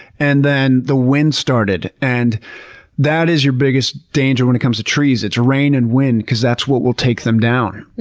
and then the wind started, and that is your biggest danger when it comes to trees, it's rain and wind, because that's what will take them down.